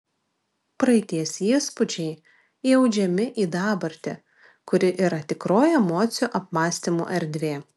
praeities įspūdžiai įaudžiami į dabartį kuri yra tikroji emocijų apmąstymų erdvė